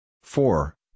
four